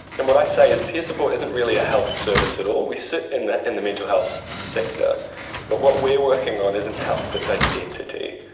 and what i say is peer support isn't really a health service at all. we sit in the in the mental health sector but what we are working on isn't health, it's identity.